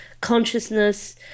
consciousness